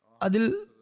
Adil